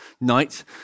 night